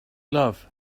love